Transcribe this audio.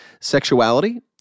sexuality